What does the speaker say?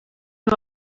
nur